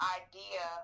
idea